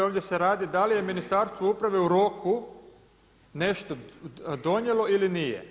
Ovdje se radi da li je Ministarstvo uprave u roku nešto donijelo ili nije.